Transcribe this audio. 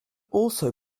also